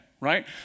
right